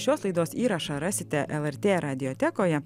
šios laidos įrašą rasite lrt radijotekoje